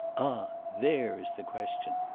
ah! there is the question.